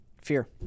Fear